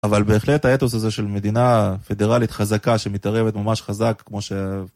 אבל בהחלט האתוס הזה של מדינה פדרלית חזקה שמתערבת ממש חזק כמו ש...